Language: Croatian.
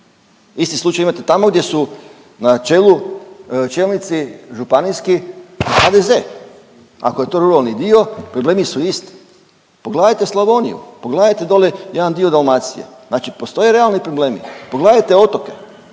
Isti slučaj imate tamo gdje su na čelu čelnici županijski HDZ. Ako je to ruralni dio problemi su isti. Pogledajte Slavoniju, pogledajte dole jedan dio Dalmacije. Znači postoje realni problemi. Pogledajte otoke.